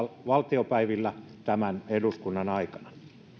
valtiopäivillä tämän eduskunnan aikana